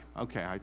okay